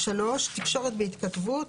תקשורת בהתכתבות.